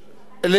לייצר,